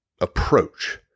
approach